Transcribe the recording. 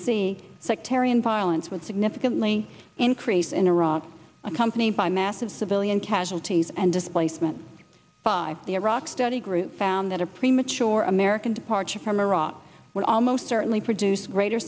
see sectarian violence would significantly increase in iraq accompanied by massive civilian casualties and displacement by the iraq study group found that a premature american departure from iraq would almost certainly produce greater